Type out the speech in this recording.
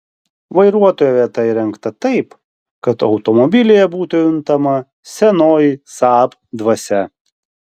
vairuotojo vieta įrengta taip kad automobilyje būtų juntama senoji saab dvasia